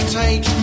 take